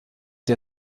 der